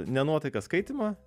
ne nuotaika skaitymo